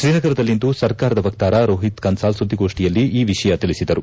ಶ್ರೀನಗರದಲ್ಲಿಂದು ಸರ್ಕಾರದ ವಕ್ತಾರ ರೋಹಿತ್ ಕನ್ಸಾಲ್ ಸುದ್ದಿಗೋಷ್ಠಿಯಲ್ಲಿ ಈ ವಿಷಯ ತಿಳಿಸಿದರು